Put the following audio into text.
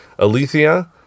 Alethea